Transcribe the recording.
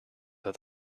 with